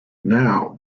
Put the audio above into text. now